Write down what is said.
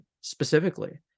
specifically